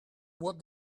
what